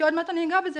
שעוד מעט אני אגע בזה.